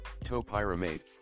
topiramate